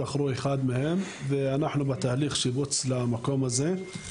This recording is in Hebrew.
בחרו אחד מהם ואנחנו בתהליך שיבוץ למקום הזה.